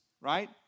right